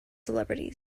celebrities